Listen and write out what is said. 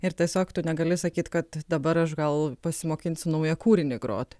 ir tiesiog tu negali sakyt kad dabar aš gal pasimokinsiu naują kūrinį grot